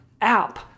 app